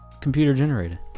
computer-generated